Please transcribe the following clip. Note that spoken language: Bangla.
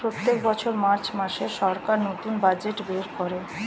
প্রত্যেক বছর মার্চ মাসে সরকার নতুন বাজেট বের করে